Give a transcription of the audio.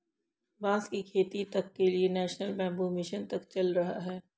बांस की खेती तक के लिए नेशनल बैम्बू मिशन तक चल रहा है